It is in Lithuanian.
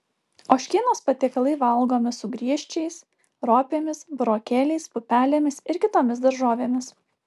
ožkienos patiekalai valgomi su griežčiais ropėmis burokėliais pupelėmis ir kitomis daržovėmis